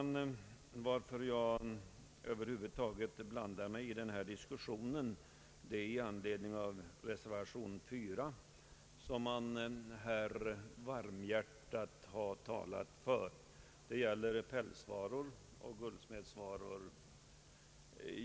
Anledningen till att jag över huvud taget blandar mig i denna diskussion är att föregående talare varmhjärtat har talat för reservation 4, som gäller pälsvaror och guldsmedsvaror.